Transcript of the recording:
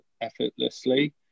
effortlessly